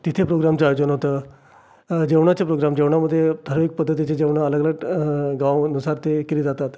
तिथे प्रोग्रॅमचं आयोजन होतं जेवणाचे प्रोग्रॅम जेवणामध्ये ठराविक पद्धतीचं जेवण अलग अलग गावानुसार ते केले जातात